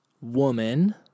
woman